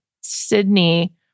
Sydney